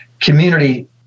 community